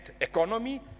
economy